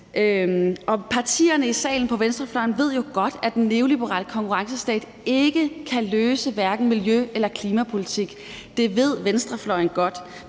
Partierne i salen på venstrefløjen ved jo godt, at den neoliberale konkurrencestat hverken kan løse miljø- eller klimapolitik. Det ved venstrefløjen godt.